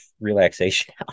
relaxation